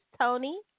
Tony